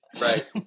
right